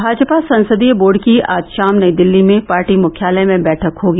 भाजपा संसदीय बोर्ड की आज शाम नई दिल्ली में पार्टी मुख्यालय में बैठक होगी